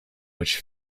which